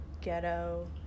ghetto